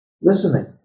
listening